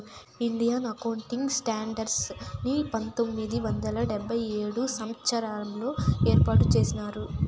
Indian accounting standards ని పంతొమ్మిది వందల డెబ్భై ఏడవ సంవచ్చరంలో ఏర్పాటు చేసినారు